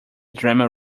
drama